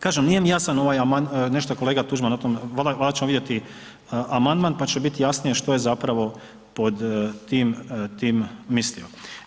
Kažem, nije mi jasan ovaj amandman, nešto je kolega Tuđman o tom, valjda ćemo vidjeti amandman, pa će bit jasnije što je zapravo pod tim, tim mislio.